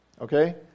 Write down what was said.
Okay